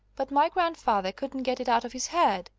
but my grandfather couldn't get it out of his head,